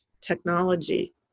technology